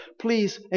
please